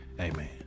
Amen